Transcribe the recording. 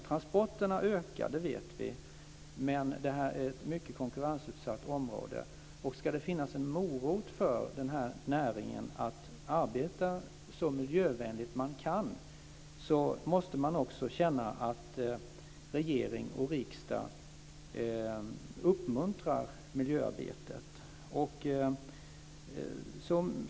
Transporterna ökar - det vet vi - men det är ett mycket konkurrensutsatt område. Om denna näring ska vilja arbeta så miljövänligt den kan måste den också känna att regering och riksdag uppmuntrar miljöarbetet.